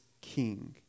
king